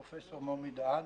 פרופ' מומי דהן,